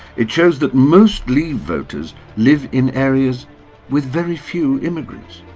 it shows that most leave voters live in areas with very few immigrants.